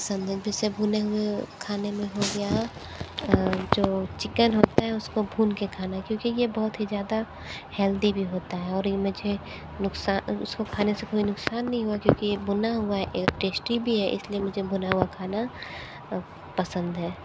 पसंद है जैसे भुने हुए खाने में हो गया जो चिकन होता है उसको भून कर खाना है क्योंकि यह बहुत ही ज़्यादा हेल्दी भी होता है और यह मुझे नुकसान उसको खाने से कोई नुकसान नहीं हुआ क्योंकि यह भुना हुआ है एक टेस्टी भी है इसलिए मुझे भुना हुआ खाना पसंद है